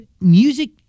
music